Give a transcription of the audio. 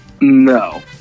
No